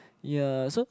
ya so